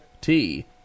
T-